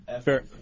Fair